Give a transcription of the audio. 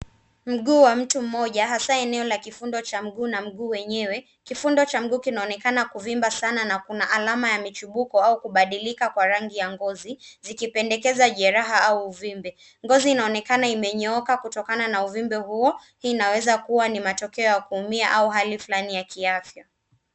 Mguu wa mtu mmoja hasaa eneo la kifundo cha mguu na mguu enyewe. kifundo kinaonekana kuvimba sana na kuna alama ya mchimbuko au kubadilika kwa rangi ya ngozi zikipendekeza jeraha au uvimbe. Ngozi inaonekana imenyooka kutokana na uvimbe huo. hii inaweza kuwa ni matokeo ya kuumia au hali fulani ya kiafya.